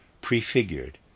prefigured